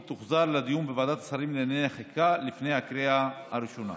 היא תוחזר לדיון בוועדת השרים לענייני חקיקה לפני הקריאה הראשונה.